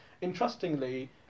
Interestingly